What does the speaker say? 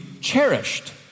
cherished